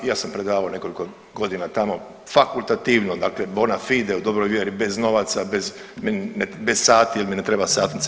Ja sam predavao nekoliko godina tamo fakultativno, dakle bona fide u dobroj vjeri, bez novaca, bez sati, jer mi ne treba satnica.